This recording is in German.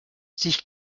sich